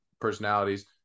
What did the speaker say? personalities